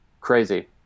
crazy